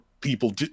people